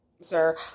sir